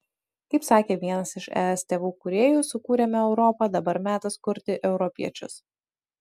kaip sakė vienas iš es tėvų kūrėjų sukūrėme europą dabar metas kurti europiečius